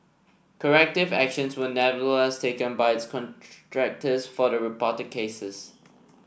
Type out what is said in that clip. corrective actions were nevertheless taken by its contractors for the reported cases